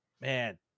man